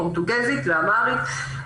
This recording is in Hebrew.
פורטוגזית ואמהרית.